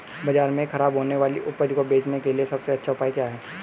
बाजार में खराब होने वाली उपज को बेचने के लिए सबसे अच्छा उपाय क्या है?